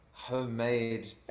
Homemade